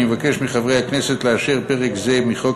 אני מבקש מחברי הכנסת לאשר פרק זה מחוק